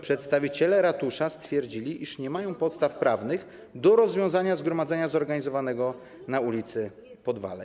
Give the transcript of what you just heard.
Przedstawiciele ratusza stwierdzili, iż nie mają podstaw prawnych do rozwiązania zgromadzenia zorganizowanego na ul. Podwale.